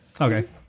Okay